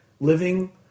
living